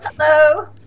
hello